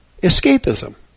escapism